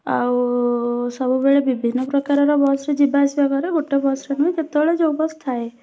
ଆଉ ସବୁବେଳେ ବିଭିନ୍ନ ପ୍ରକାରର ବସ୍ରେ ଯିବା ଆସିବା କରେ ଗୋଟେ ବସ୍ରେ ନୁହେଁ ଯେତେବେଳେ ଯୋଉ ବସ୍ ଥାଏ